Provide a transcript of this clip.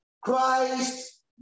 Christ